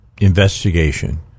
investigation